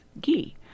ghee